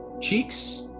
cheeks